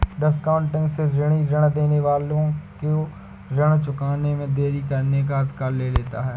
discounting से ऋणी ऋण देने वाले को ऋण चुकाने में देरी करने का अधिकार ले लेता है